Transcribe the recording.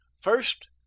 First